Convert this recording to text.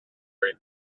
very